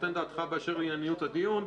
והיית אחרי זה נותן דעתך באשר לענייניות הדיון.